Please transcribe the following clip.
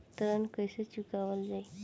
ऋण कैसे चुकावल जाई?